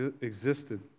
existed